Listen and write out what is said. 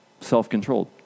Self-controlled